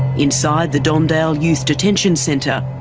inside the don dale youth detention centre,